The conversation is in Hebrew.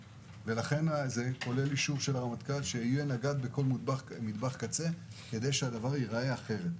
זה כולל אישור של הרמטכ"ל שיהיה נגד בכל מטבח קצה כדי שזה יראה אחרת.